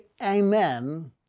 amen